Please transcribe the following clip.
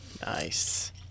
nice